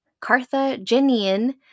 Carthaginian